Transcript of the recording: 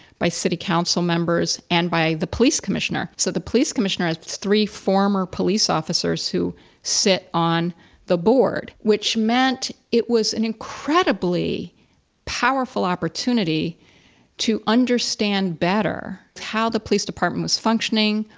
by city council members, and by the police commissioner. so, the police commissioner has three former police officers who sit on the board, which meant it was an incredibly powerful opportunity to understand better how the police department was functioning.